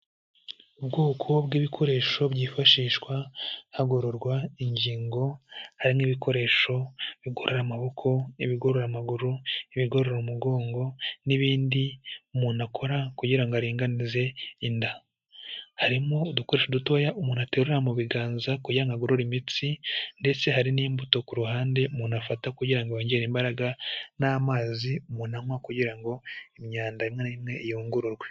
Ubwoko bw'ibikoresho byifashishwa hagororwa ingingo, harimo ibikoresho bigora amaboko, ibigorora amaguru, ibigorora umugongo n'ibindi umuntu akora kugira ngo aringanize inda. Harimo udukoresho dutoya umuntu aterura mu biganza kugira ngo agorore imitsi ndetse hari n'imbuto ku ruhande umuntu afata kugira ngo yongere imbaraga n'amazi mu anywa kugira ngo imyanda imwe n'imwe iyungurwe.